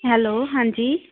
hello ਹਾਂਜੀ